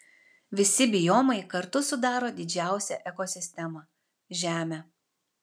visi biomai kartu sudaro didžiausią ekosistemą žemę